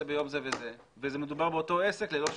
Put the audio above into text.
ביום זה וזה ומדובר באותו עסק ללא שינוי.